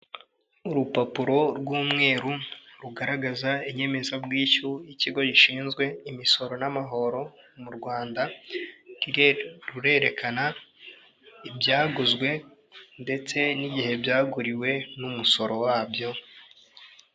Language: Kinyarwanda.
Urupapuro rw'umweru rugaragaza inyemezabwishyu, ikigo gishinzwe imisoro n'amahoro mu Rwanda, rurerekana ibyaguzwe ndetse n'igihe byaguriwe n'umusoro wabyo.